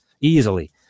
easily